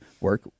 work